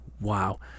Wow